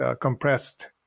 compressed